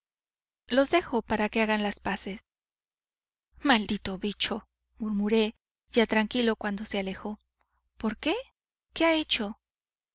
los dejo para que hagan las paces maldito bicho murmuré ya tranquilo cuando se alejó por qué qué le ha hecho